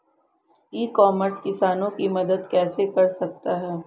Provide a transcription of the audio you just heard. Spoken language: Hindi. ई कॉमर्स किसानों की मदद कैसे कर सकता है?